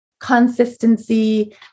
consistency